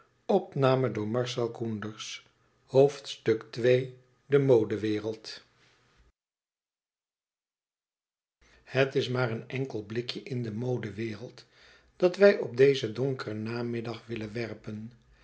ii de modewereld het is maar een enkel blikje in de modewereld dat wij op dezen donkeren namiddag willen werpen